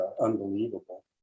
unbelievable